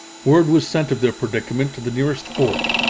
word was sent of their predicament to the nearest fort,